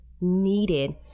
needed